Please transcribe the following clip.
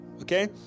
Okay